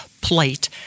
plate